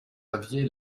aviez